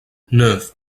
neuf